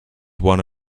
one